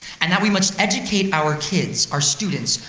and that we must educate our kids, our students,